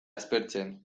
aspertzen